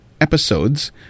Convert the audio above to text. episodes